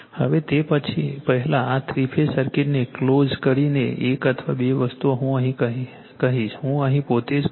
હવે તે પહેલાં આ થ્રી ફેઝ સર્કિટને ક્લોજ કરીને એક અથવા બે વસ્તુઓ હું કહીશ હું અહીં પોતે જ કહીશ